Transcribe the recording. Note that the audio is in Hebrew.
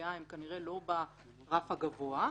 והפגיעה הן כנראה לא ברף הגבוה.